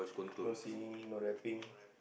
no singing no rapping